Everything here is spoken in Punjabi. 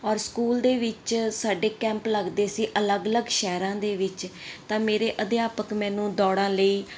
ਔਰ ਸਕੂਲ ਦੇ ਵਿੱਚ ਸਾਡੇ ਕੈਂਪ ਲੱਗਦੇ ਸੀ ਅਲੱਗ ਅਲੱਗ ਸ਼ਹਿਰਾਂ ਦੇ ਵਿੱਚ ਤਾਂ ਮੇਰੇ ਅਧਿਆਪਕ ਮੈਨੂੰ ਦੌੜਾਂ ਲਈ